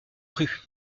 rue